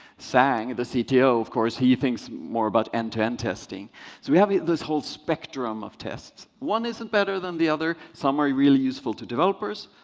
sang, the cto, of course, he thinks more about end to end testing. so we have this whole spectrum of tests. one isn't better than the other. some are really useful to developers,